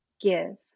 Give